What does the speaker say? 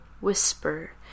whisper